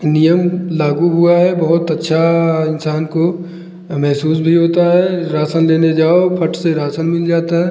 नियम लागू हुआ है बहुत अच्छा इंसान को महसूस भी होता है राशन देने जाओ फट से राशन मिल जाता है